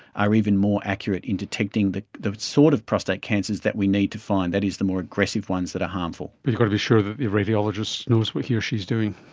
are even more accurate in detecting the the sort of prostate cancer is that we need to find, that is the more aggressive ones that are harmful. you've got to be sure that the radiologist knows what he or she is doing.